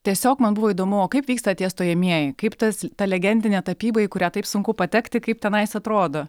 tiesiog man buvo įdomu o kaip vyksta tie stojamieji kaip tas ta legendinė tapyba į kurią taip sunku patekti kaip tenais atrodo